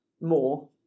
more